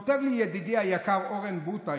כותב לי ידידי היקר אורן בוטא,